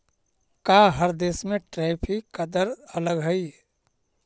का हर देश में टैरिफ का दर अलग हई